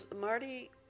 Marty